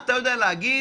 יודעים.